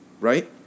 Right